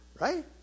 right